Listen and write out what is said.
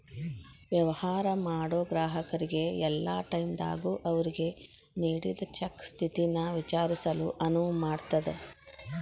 ವ್ಯವಹಾರ ಮಾಡೋ ಗ್ರಾಹಕರಿಗೆ ಯಲ್ಲಾ ಟೈಮದಾಗೂ ಅವ್ರಿಗೆ ನೇಡಿದ್ ಚೆಕ್ ಸ್ಥಿತಿನ ವಿಚಾರಿಸಲು ಅನುವು ಮಾಡ್ತದ್